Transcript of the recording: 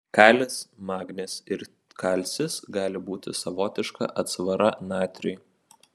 kalis magnis ir kalcis gali būti savotiška atsvara natriui